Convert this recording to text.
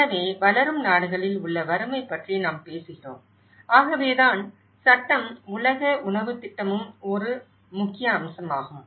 எனவே வளரும் நாடுகளில் உள்ள வறுமை பற்றி நாம் பேசுகிறோம் ஆகவேதான் சட்டம் உலக உணவுத் திட்டமும் ஒரு முக்கிய அம்சமாகும்